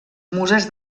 muses